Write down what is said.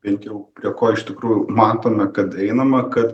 bent jau prie ko iš tikrųjų matome kad einama kad